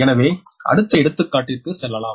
எனவே அடுத்த எடுத்துக்காட்டிற்கு செல்லலாம்